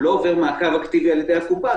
לא עובר מעקב אקטיבי על-ידי הקופה,